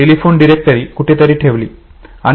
telephone directory कुठेतरी ठेवली